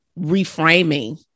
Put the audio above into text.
reframing